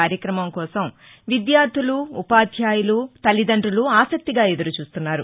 కార్యక్రమం కోసం విద్యార్లు ఉపాధ్యాయులు తల్లిదండులు ఆసక్తిగా ఎదురు చూస్తున్నారు